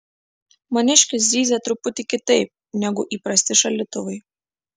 maniškis zyzia truputį kitaip negu įprasti šaldytuvai